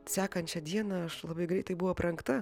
sekančią dieną aš labai greitai buvau aprengta